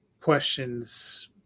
questions